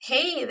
Hey